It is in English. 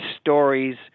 stories